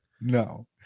No